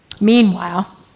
Meanwhile